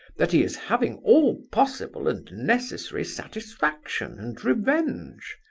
that he is having all possible and necessary satisfaction and revenge.